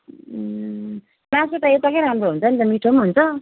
मासु त यताकै राम्रो हुन्छ नि त मिठो पनि हुन्छ